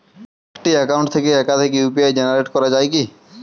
একটি অ্যাকাউন্ট থেকে একাধিক ইউ.পি.আই জেনারেট করা যায় কি?